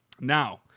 Now